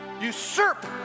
Usurp